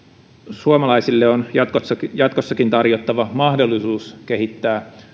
suomalaisille on jatkossakin jatkossakin tarjottava mahdollisuus kehittää